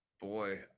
boy